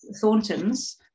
Thorntons